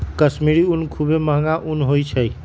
कश्मीरी ऊन खुब्बे महग ऊन होइ छइ